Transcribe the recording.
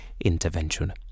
intervention